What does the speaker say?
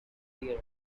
deer